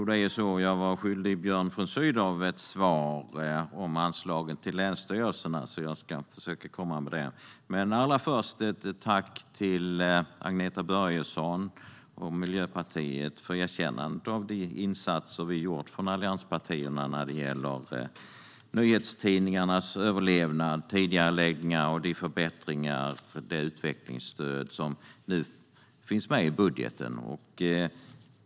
Herr talman! Jag är skyldig Björn von Sydow ett svar angående anslaget till länsstyrelserna, och jag ska försöka komma med det. Men först vill jag tacka Miljöpartiets Agneta Börjesson för erkännandet av de insatser allianspartierna har gjort för nyhetstidningarnas överlevnad vad gäller tidigareläggningar, förbättringar och utvecklingsstöd.